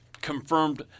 confirmed